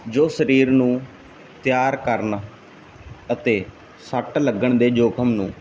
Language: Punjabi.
ਜੋ ਸਰੀਰ ਨੂੰ ਤਿਆਰ ਕਰਨ ਅਤੇ ਸੱਟ ਲੱਗਣ ਦੇ ਜੋਖਮ ਨੂੰ